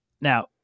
Now